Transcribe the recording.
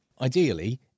Ideally